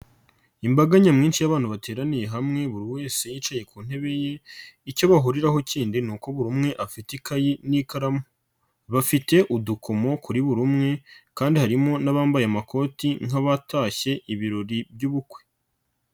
Imbaga nyamwinshi y'abantu bateraniye hamwe buri wese yicaye ku ntebe ye, icyo bahuriraho kindi ni uko buri umwe afite ikayi n'ikaramu, bafite udukomo kuri buri umwe kandi harimo n'abambaye amakoti nk'abatashye ibirori by'ubukwe.